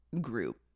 group